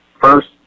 First